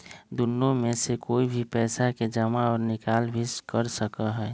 दुन्नो में से कोई भी पैसा के जमा और निकाल भी कर सका हई